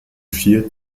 vier